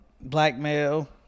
Blackmail